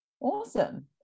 Awesome